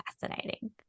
fascinating